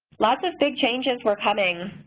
lots of big changes were coming,